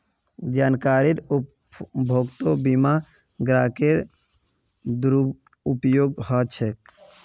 जानकारीर अभाउतो बीमा ग्राहकेर दुरुपयोग ह छेक